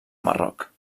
marroc